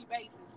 basis